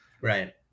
right